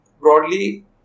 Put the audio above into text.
broadly